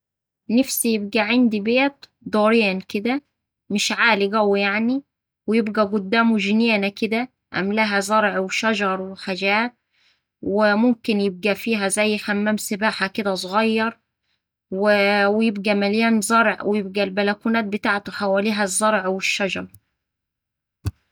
نفسي يبقا عدي بيت دورين كدا مش عالي قوي يعني ويبقا قدامه جنينة كدا أملاها زرع وشجر وحاجات وممكن يبقا فيها كدا زي حمام سباحة كدا صغير و ويبقا مليان زرع ويبقا البلكونات بتاعته حواليها الزرع والشجر.